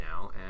now